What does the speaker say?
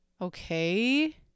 Okay